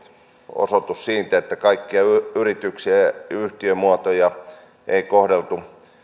osoitus siitä että kaikkia yrityksiä ja yhtiömuotoja ei kohdeltu